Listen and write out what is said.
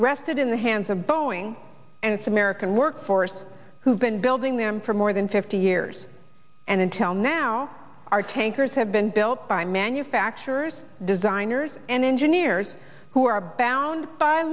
rested in the hands of boeing and its american workforce who've been building them for more than fifty years and until now are tankers have been built by manufacturers designers and engineers who are bound by